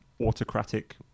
autocratic